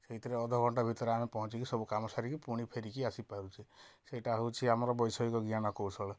ସେଇଥିରେ ଅଧ ଘଣ୍ଟା ଭିତରେ ପହଞ୍ଚିକି ସବୁ କାମ ସାରିକି ପୁଣି ଫେରିକି ଆସିପାରୁଛୁ ସେଇଟା ହେଉଛି ଆମର ବୈଷୟିକ ଜ୍ଞାନ କୌଶଳ